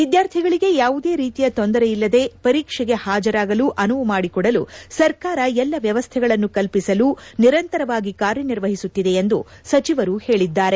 ವಿದ್ಯಾರ್ಥಿಗಳಿಗೆ ಯಾವುದೇ ರೀತಿಯ ತೊಂದರೆಯಿಲ್ಲದೆ ಪರೀಕ್ಷೆಗೆ ಹಾಜರಾಗಲು ಅನುವು ಮಾಡಿಕೊಡಲು ಸರ್ಕಾರ ಎಲ್ಲ ವ್ಯವಸ್ಥೆಗಳನ್ನು ಕೆಲ್ವಿಸಲು ನಿರಂತರವಾಗಿ ಕಾರ್ಯನಿರ್ವಹಿಸುತ್ತಿದೆ ಎಂದು ಸಚಿವರು ಹೇಳಿದ್ದಾರೆ